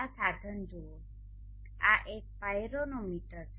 આ સાધન જુઓ આ એક પાયરોનોમીટર છે